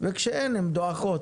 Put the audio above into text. וכשאין הן דועכות.